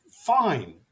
fine